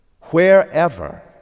Wherever